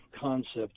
concept